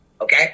Okay